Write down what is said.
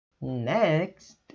Next